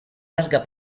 larga